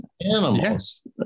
animals